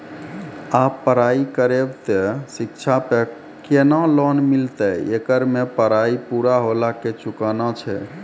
आप पराई करेव ते शिक्षा पे केना लोन मिलते येकर मे पराई पुरा होला के चुकाना छै?